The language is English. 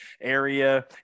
area